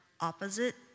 opposite